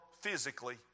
physically